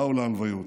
באו להלוויות,